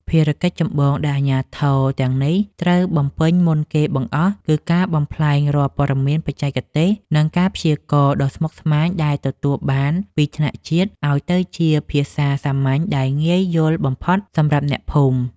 ភារកិច្ចចម្បងដែលអាជ្ញាធរទាំងនេះត្រូវបំពេញមុនគេបង្អស់ គឺការបំប្លែងរាល់ព័ត៌មានបច្ចេកទេស និងការព្យាករណ៍ដ៏ស្មុគស្មាញដែលទទួលបានពីថ្នាក់ជាតិ ឱ្យទៅជាភាសាសាមញ្ញដែលងាយយល់បំផុតសម្រាប់អ្នកភូមិ។